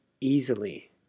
easily